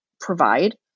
provide